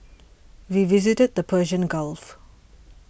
we visited the Persian Gulf